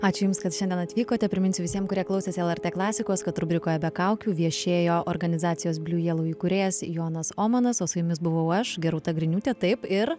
ačiū jums kad šiandien atvykote priminsiu visiem kurie klausėsi lrt klasikos kad rubrikoje be kaukių viešėjo organizacijos bliu jelou įkūrėjas jonas omanas o su jumis buvau aš gerūta griniūtė taip ir